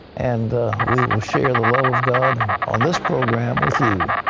and we will share the love of god on this program with you.